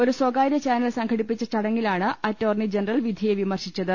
ഒരു സ്വകാര്യ ചാനൽ സംഘടിപ്പിച്ച ചടങ്ങിലാണ് അറ്റോർണി ജനറൽ വിധിയെ വിമർശിച്ചത്